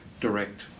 direct